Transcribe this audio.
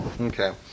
Okay